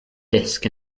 disk